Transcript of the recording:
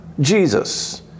Jesus